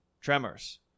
Tremors